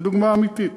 זו דוגמה אמיתית.